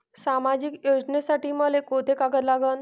सामाजिक योजनेसाठी मले कोंते कागद लागन?